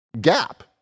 gap